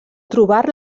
trobar